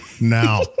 now